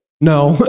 No